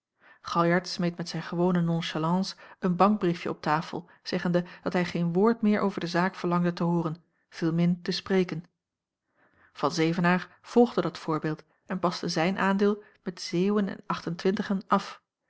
galjart smeet met zijn gewone nonchalance een bankbriefje op tafel zeggende dat hij geen woord meer over de zaak verlangde te hooren veelmin te spreken van zevenaer volgde dat voorbeeld en paste zijn aandeel met zeeuwen en acht-en-twintigen af